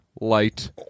Light